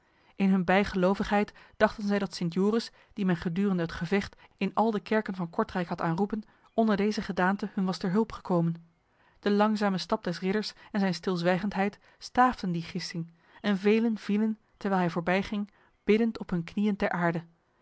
in hun bijgelovigheid dachten zij dat st joris die men gedurende het gevecht in al de kerken van kortrijk had aanroepen onder deze gedaante hun was ter hulp gekomen de langzame stap des ridders en zijn stilzwijgendheid staafden die gissing en velen vielen terwijl hij voorbijging biddend op hun knieën ter aarde